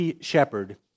shepherd